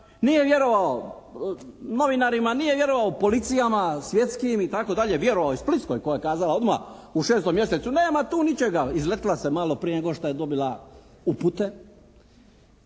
nije vjerovao novinarima, nije vjerovao policijama, svjetskim itd. vjerovao je splitskoj koja je kazala odmah u 6. mjesecu nema tu ničega, izletila se malo prije nego što je dobila upute.